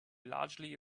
largely